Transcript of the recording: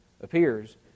appears